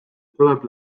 tuleb